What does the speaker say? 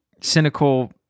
cynical